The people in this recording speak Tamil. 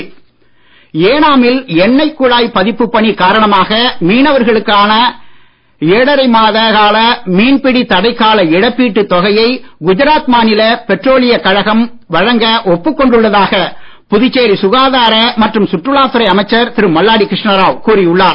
ஏனாம் ஏனாமில் எண்ணெய் குழாய் பதிப்பு பணி காரணமாக மீனவர்களுக்கான ஏழரை மாத கால மீன்பிடி தடைக்கால இழப்பீட்டு தொகையை குஜராத் மாநில பெட்ரோலியக் கழகம் வழங்க ஒப்புக் கொண்டுள்ளதாக புதுச்சேரி சுகாதார மற்றும் சுற்றலாத் துறை அமைச்சர் திரு மல்லாடி கிருஷ்ணராவ் கூறி உள்ளார்